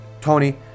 tony